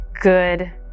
good